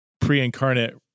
pre-incarnate